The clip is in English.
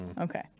okay